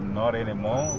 not anymore